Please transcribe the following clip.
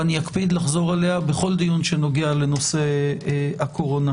ואקפיד לחזור עליה בכל דיון שנוגע לנושא הקורונה.